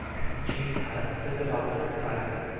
at the chief's hut? said the doctor excitedly.